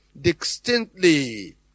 distinctly